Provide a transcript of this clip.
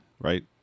right